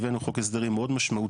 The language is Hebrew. הבאנו חוק הסדרים מאוד משמעותי.